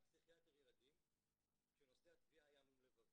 פסיכיאטר ילדים כשנושא התביעה היה מום לבבי.